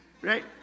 right